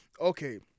Okay